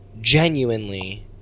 genuinely